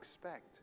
expect